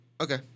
Okay